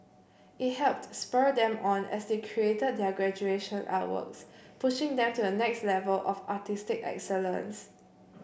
it helped spur them on as they created their graduation artworks pushing them to the next level of artistic excellence